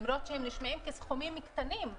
למרות שהם נשמעים כסכומים קטנים,